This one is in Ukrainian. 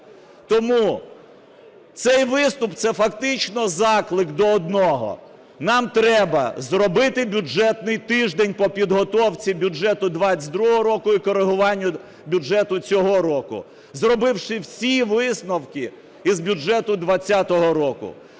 Тому цей виступ – це фактично заклик до одного: нам треба зробити бюджетний тиждень по підготовці бюджету 2022 року і корегуванню бюджету цього року, зробивши всі висновки із бюджету 20-го року.